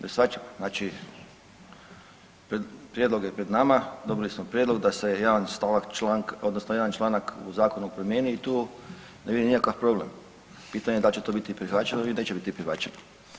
Ne shvaćam, znači prijedlog je pred nama, dobili smo prijedlog da se jedan stavak članka odnosno jedan članak u zakonu promijeni i tu ne vidim nikakav problem, pitanje je dal će to biti prihvaćeno ili neće biti prihvaćeno.